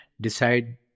decide